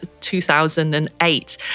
2008